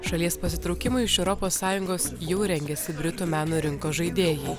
šalies pasitraukimui iš europos sąjungos jau rengėsi britų meno rinkos žaidėjai